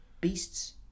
beasts